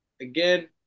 again